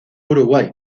uruguay